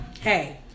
hey